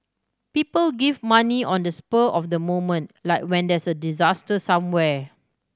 people give money on the spur of the moment like when there's a disaster somewhere